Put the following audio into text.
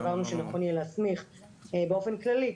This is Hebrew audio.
סברנו שנכון יהיה להסמיך באופן כללי,